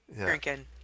drinking